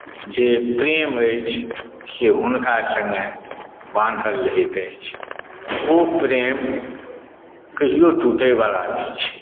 जे प्रेम अछि से हुनका सङ्गे बान्हल रहैत अछि ओ प्रेम कहियो टूटयवला नहि छै